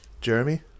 Jeremy